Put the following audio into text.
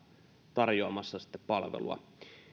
tarjoamassa sitä palvelua